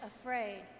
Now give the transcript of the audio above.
afraid